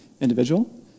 individual